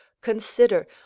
Consider